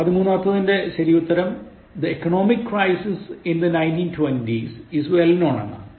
പതിമൂന്നമാത്തെതിന്റെ ശരിയുത്തരം The economic crisis of the 1920's is well known എന്നാണ്